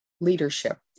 leadership